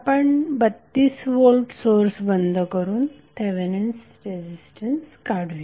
आपण 32 volt source बंद करून थेवेनिन्स रेझिस्टन्स काढूया